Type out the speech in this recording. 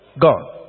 Gone